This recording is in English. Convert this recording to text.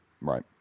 Right